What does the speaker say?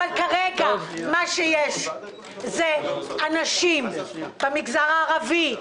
אבל כרגע מה שיש זה אנשים במגזר הערבי,